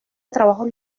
trabajos